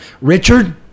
Richard